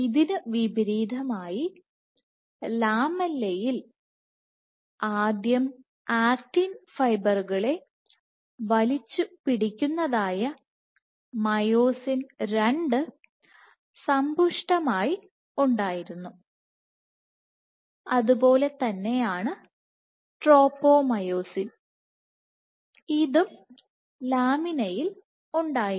ഇതിനു വിപരീതമായി ലാമെല്ലയിൽ ആദ്യം ആക്റ്റിൻ ഫൈബറുകളെActin വലിച്ചു പിടിക്കുന്നതായ മയോസിൻ II സമ്പുഷ്ടമായി ഉണ്ടായിരുന്നു അതുപോലെ തന്നെയാണ് ട്രോപോമിയോസിൻ ഇതും ലാമിനയിൽ ഉണ്ടായിരുന്നു